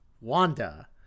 Wanda